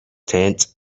tent